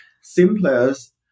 simplest